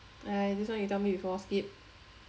!aiya! this one you tell me before skip